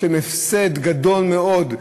הפסד גדול מאוד.